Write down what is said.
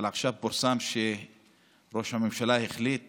אבל עכשיו פורסם שראש הממשלה החליט